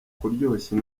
kuryoshya